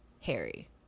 Harry